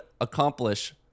accomplish